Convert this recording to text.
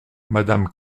madame